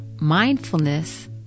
mindfulness